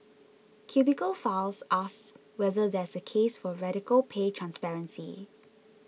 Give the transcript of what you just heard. Cubicle Files asks whether there's a case for radical pay transparency